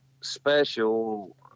special